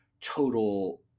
total